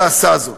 ועשה זאת,